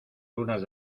lunas